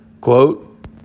quote